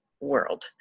world